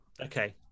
Okay